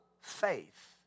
faith